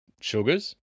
sugars